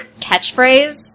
catchphrase